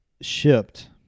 shipped